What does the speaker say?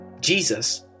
Jesus